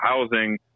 housing